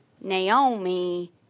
Naomi